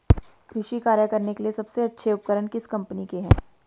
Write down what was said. कृषि कार्य करने के लिए सबसे अच्छे उपकरण किस कंपनी के हैं?